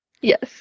Yes